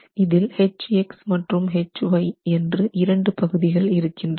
இதில் H x மற்றும் H y என்று இரண்டு பகுதிகள் இருக்கின்றன